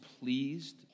pleased